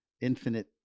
infinite